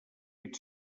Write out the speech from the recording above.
fet